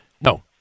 No